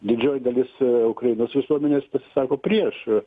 didžioji dalis ukrainos visuomenės pasisako prieš